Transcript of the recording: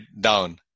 down